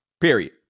Period